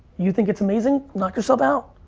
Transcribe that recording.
you think it's amazing? knock yourself out.